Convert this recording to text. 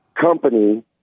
company